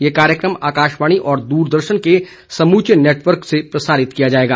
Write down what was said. यह कार्यक्रम आकाशवाणी और द्रदर्शन के समूचे नेटवर्क से प्रसारित किया जाएगा